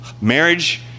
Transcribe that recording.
Marriage